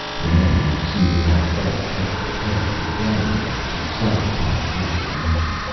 the men who seemed to have best kept their heads were gathering there to settle upon a course of action.